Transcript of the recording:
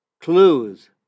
clues